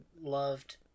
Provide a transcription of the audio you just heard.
loved